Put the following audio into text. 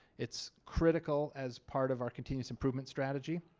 it's critical as part of our continuous improvement strategy.